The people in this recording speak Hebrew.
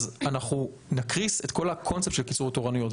אז נקריס את כל הקונספט של קיצור התורניות.